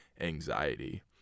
anxiety